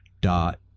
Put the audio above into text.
dot